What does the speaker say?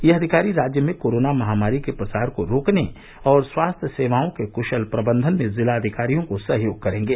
यह अधिकारी राज्य में कोरोना महामारी के प्रसार को रोकने और स्वास्थ्य सेवाओं के क्शल प्रबंधन में जिलाधिकारियों को सहयोग करेंगे